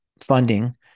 funding